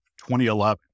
2011